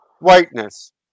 Whiteness